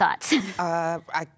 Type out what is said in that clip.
thoughts